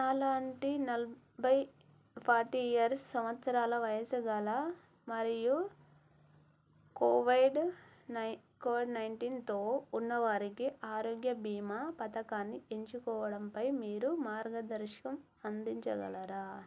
నాలాంటి నలభై forty years సంవత్సరాల వయస్సు గల మరియు కోవిడ్ నై కోవిడ్ నైన్టీన్తో ఉన్నవారికి ఆరోగ్య భీమా పథకాన్ని ఎంచుకోవడంపై మీరు మార్గదర్శకత్వం అందించగలరా